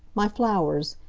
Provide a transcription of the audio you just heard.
my flowers!